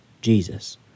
Jesus